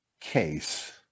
case